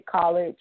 college